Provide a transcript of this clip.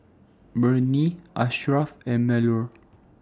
Murni Asharaff and Melur